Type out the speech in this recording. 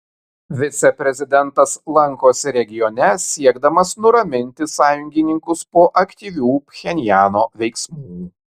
viceprezidentas lankosi regione siekdamas nuraminti sąjungininkus po aktyvių pchenjano veiksmų